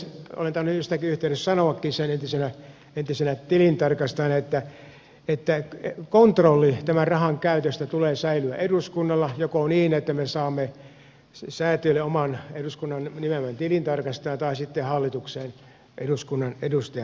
olen tainnut jossakin yhteydessä sanoakin sen entisenä tilintarkastajana että kontrollin tämän rahan käytöstä tulee säilyä eduskunnalla joko niin että me saamme säätiölle oman eduskunnan nimeämän tilintarkastajan tai sitten hallitukseen eduskunnan edustajan